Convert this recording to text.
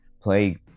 Play